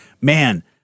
man